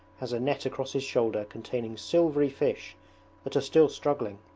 has a net across his shoulder containing silvery fish that are still struggling